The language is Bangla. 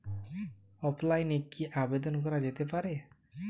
অফলাইনে কি আবেদন করা যেতে পারে?